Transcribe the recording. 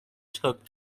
took